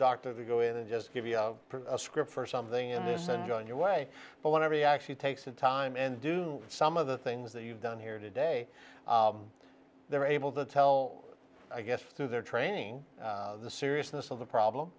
doctor to go in and just give you a script for something in this and going your way but whenever you actually take some time and do some of the things that you've done here today they're able to tell i guess through their training the seriousness of the problem